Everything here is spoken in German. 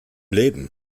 leben